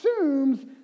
assumes